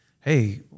hey